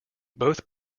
both